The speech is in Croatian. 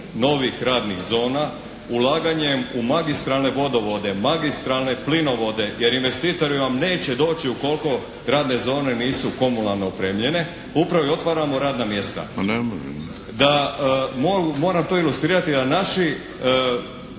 novih radnih zona, ulaganjem u magistralne vodovode, magistralne plinovode, jer investitori vam neće doći ukoliko radne zone nisu komunalno opremljene. Upravo i otvaramo radna mjesta